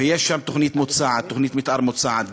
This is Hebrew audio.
ויש שם תוכנית מתאר מוצעת.